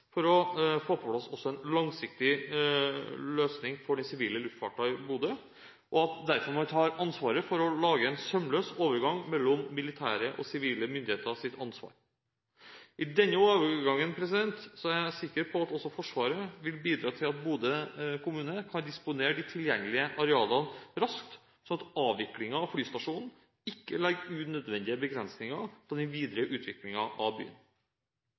for å få på plass en langsiktig løsning for den sivile luftfarten i Bodø, og at man derfor tar ansvaret for å lage en sømløs overgang mellom militære og sivile myndigheters ansvar. I denne overgangen er jeg sikker på at også Forsvaret vil bidra til at Bodø kommune kan disponere de tilgjengelige arealene raskt, sånn at avviklingen av flystasjonen ikke legger unødvendige begrensninger på den videre utviklingen av byen.